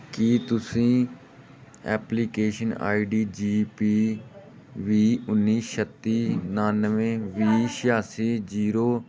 ਕੀ ਤੁਸੀਂ application I D G P ਵੀਹ ਉੱਨੀ ਛੱਤੀ ਉਣਾਨਵੇਂ ਵੀਹ ਛਿਆਸੀ ਜੀਰੋ